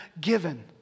given